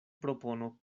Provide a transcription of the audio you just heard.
propono